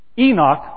Enoch